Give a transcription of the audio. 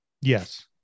Yes